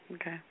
Okay